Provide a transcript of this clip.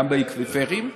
גם באקוויפרים,